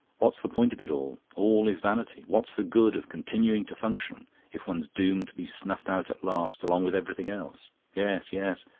what's the point of it all? all is vanity. what's the good of continuing to function if one's doomed to be snuffed out at last along with everything else yes, yes.